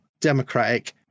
democratic